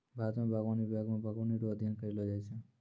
भारत मे बागवानी विभाग मे बागवानी रो अध्ययन करैलो जाय छै